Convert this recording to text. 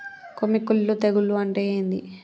కొమ్మి కుల్లు తెగులు అంటే ఏంది?